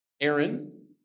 Aaron